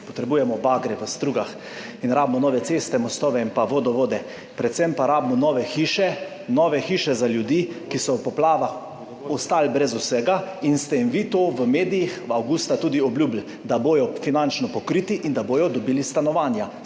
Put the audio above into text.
potrebujemo bagre v strugah in rabimo nove ceste, mostove in pa vodovode. Predvsem pa rabimo nove hiše, nove hiše za ljudi, ki so v poplavah ostali brez vsega, in ste jim vi to v medijih avgusta tudi obljubili, da bodo finančno pokriti in da bodo dobili stanovanja.